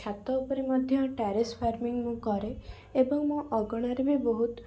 ଛାତ ଉପରେ ମଧ୍ୟ ଟାରେସ୍ ଫାରମିଂ ମୁଁ କରେ ଏବଂ ମୋ ଅଗଣାରେ ବି ବହୁତ